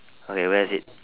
okay where is it